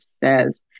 says